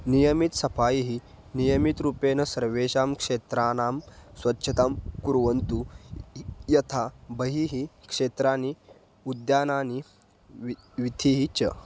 नियमितं सफ़ायिः नियमितरूपेण सर्वेषां क्षेत्राणां स्वच्छतां कुर्वन्तु य्था यथा बहिः क्षेत्राणि उद्यानानि वा वीथिः च